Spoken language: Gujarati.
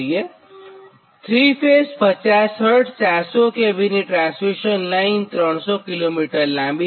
તો ૩ ફેઝ 50 Hz 400kV ની ટ્રાન્સમિશન લાઇન એ 300 km લાંબી છે